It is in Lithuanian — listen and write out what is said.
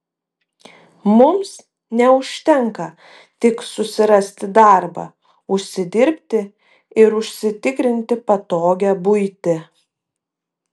mums neužtenka tik susirasti darbą užsidirbti ir užsitikrinti patogią buitį